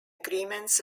agreements